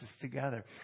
together